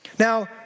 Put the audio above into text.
Now